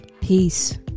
Peace